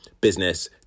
business